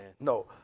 no